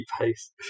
pace